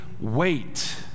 wait